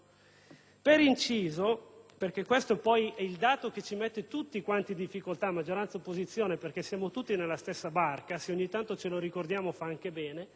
Per inciso, perché questo poi è il dato che ci mette tutti quanti in difficoltà, maggioranza e opposizione, perché siamo tutti nella stessa barca (se ogni tanto ce lo ricordiamo fa anche bene),